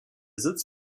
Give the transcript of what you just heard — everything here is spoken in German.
sitz